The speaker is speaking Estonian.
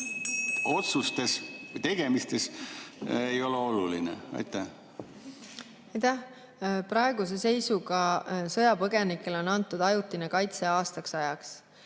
kella.), tegemistes, ei ole olulised? Aitäh! Praeguse seisuga on sõjapõgenikele antud ajutine kaitse aastaks ajaks.